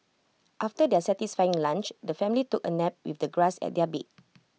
after their satisfying lunch the family took A nap with the grass as their bed